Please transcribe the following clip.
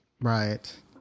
right